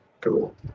Cool